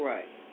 Right